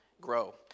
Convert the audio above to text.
grow